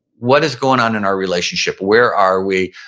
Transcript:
what is going on in our relationship? where are we?